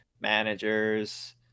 managers